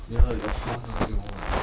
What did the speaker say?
ya lah your phone lah still got what